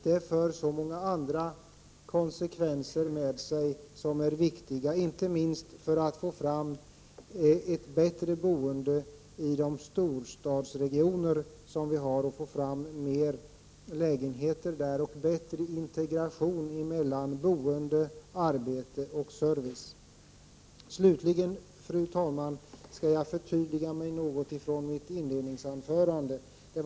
Det för så många andra konsekvenser med sig som är viktiga inte minst för att få fram ett bättre boende i storstadsregionerna och få fram fler lägenheter och bättre integration mellan boende, arbete och service. Slutligen, fru talman, skall jag försöka förtydliga mig något i förhållande till mitt inledningsanförande.